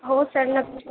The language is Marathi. हो सर नक्की